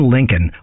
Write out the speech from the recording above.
Lincoln